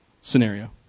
scenario